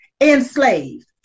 enslaved